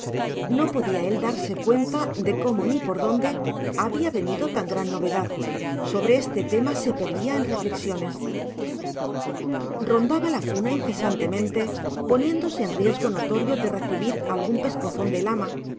no podía él darse cuenta de cómo ni por dónde había venido tan gran novedad sobre este tema se perdía en reflexiones rondaba la cuna incesantemente poniéndose en riesgo notorio de recibir algún pescozón del ama y